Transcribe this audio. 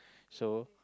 so